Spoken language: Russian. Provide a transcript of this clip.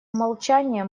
умолчание